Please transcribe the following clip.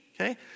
okay